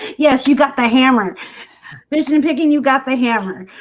yes, you got the hammer but isn't picking you got the hammer